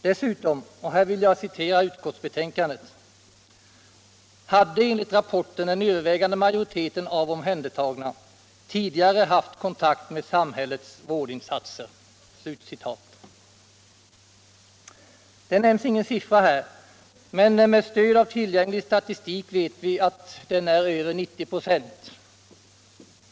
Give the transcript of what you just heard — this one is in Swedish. Dessutom — och här vill jag citera ur utskottsbetänkandet - hade enligt rapporten den övervägande majoriteten av omhändertagna ”tidigare haft kontakt med samhällets vårdinsatser”. Det niämns ingen siffra här, men med stöd av tillgänglig statistik vet vi att den är över 90 vö.